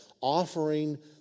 offering